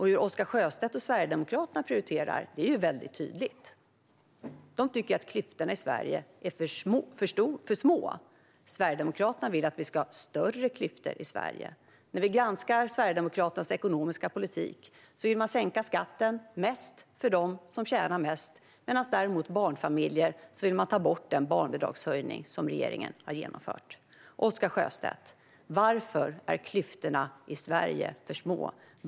Hur Oscar Sjöstedt och Sverigedemokraterna prioriterar är väldigt tydligt. De tycker att klyftorna i Sverige är för små. Sverigedemokraterna vill att vi ska ha större klyftor i Sverige. När vi granskar Sverigedemokraternas ekonomiska politik ser vi att man vill sänka skatten mest för dem som tjänar mest medan man däremot för barnfamiljer vill ta bort den barnbidragshöjning som regeringen har genomfört. Oscar Sjöstedt! Varför är klyftorna i Sverige för små?